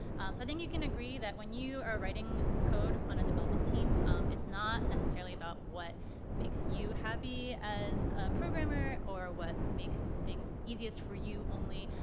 so i think you can agree that when you are writing code on a development team it's not necessarily about what makes you happy as a programmer or what makes things easiest for you only,